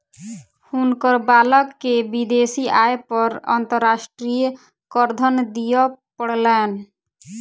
हुनकर बालक के विदेशी आय पर अंतर्राष्ट्रीय करधन दिअ पड़लैन